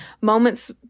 moments